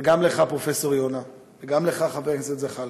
וגם לך, פרופ' יונה, וגם לך, חבר הכנסת זחאלקה,